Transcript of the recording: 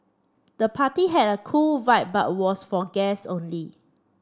the party had a cool vibe but was for guests only